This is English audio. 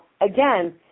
again